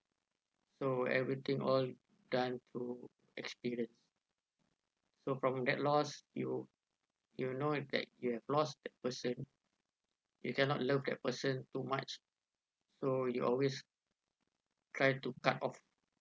so everything all done through experience so problem get lost you you know that you have lost that person you cannot love that person too much so you always tried to cut off